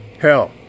Hell